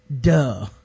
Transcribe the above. duh